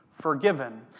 forgiven